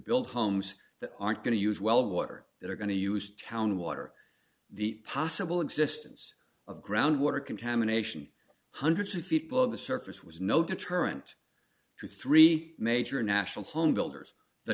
build homes that aren't going to use well water that are going to use town water the possible existence of groundwater contamination hundreds of feet below the surface was no deterrent to three major national homebuilders the